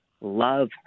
love